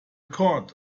court